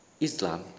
Islam